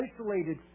isolated